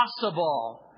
possible